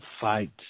fight –